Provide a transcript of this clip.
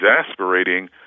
exasperating